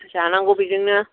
जानांगौ बेजोंनो